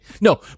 No